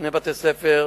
שני בתי-ספר,